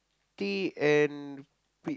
tea and pi~